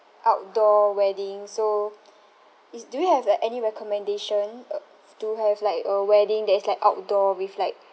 outdoor wedding so is do you have any recommendation uh to have like a wedding that is like outdoor with like